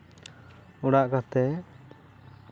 ᱚᱲᱟᱜ ᱠᱟᱛᱮ